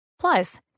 Plus